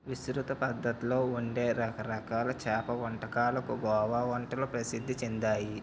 విస్తృత పద్ధతిలో వండే రకరకాల చేప వంటకాలకు గోవా వంటలు ప్రసిద్ధి చెందాయి